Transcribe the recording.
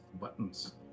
Buttons